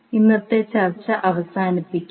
ഇന്നത്തെ ചർച്ച അവസാനിപ്പിക്കാം